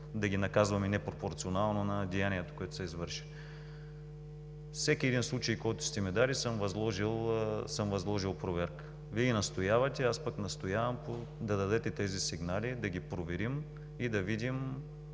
да ги наказвам и непропорционално на деянието, което са извършили. По всеки един случай, който сте ми дали, съм възложил проверка. Вие настоявате, аз пък настоявам да дадете тези сигнали, да ги проверим и да видим